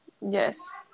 Yes